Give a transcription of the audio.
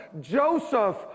Joseph